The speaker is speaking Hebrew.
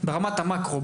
ברמת המאקרו.